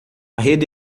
rede